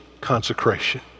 consecration